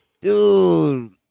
Dude